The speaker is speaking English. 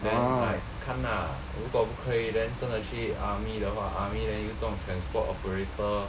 then like 看啊如果不可以 then 真的去 army 的话 army then 有中 transport operator